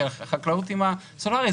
של החקלאות עם הסולרי,